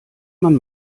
man